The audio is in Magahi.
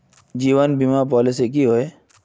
जीवन बीमा पॉलिसी की होय?